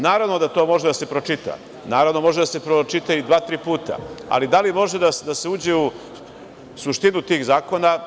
Naravno da to može da se pročita, da se pročita i 2 ili 3 puta, ali da li može da se uđe u suštinu tih zakona?